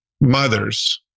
mothers